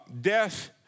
death